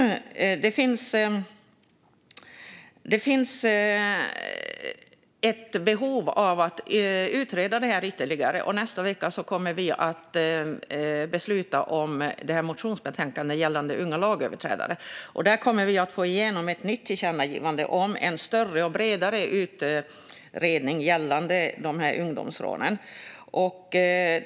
Det finns ett behov av att utreda detta ytterligare, och nästa vecka kommer vi att besluta om motionsbetänkandet gällande unga lagöverträdare. Där kommer vi att få igenom ett nytt tillkännagivande om en större och bredare utredning gällande dessa ungdomsrån.